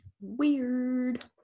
Weird